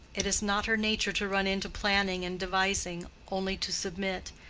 it is not her nature to run into planning and devising only to submit.